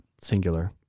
singular